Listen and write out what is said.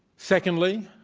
secondly,